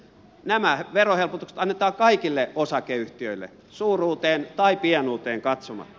nämä verohelpotukset annetaan kaikille osakeyhtiöille suuruuteen tai pienuuteen katsomatta